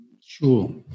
Sure